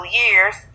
years